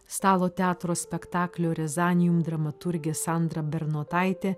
stalo teatro spektaklio rizanijum dramaturgė sandra bernotaitė